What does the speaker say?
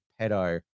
pedo